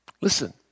Listen